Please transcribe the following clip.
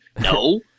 No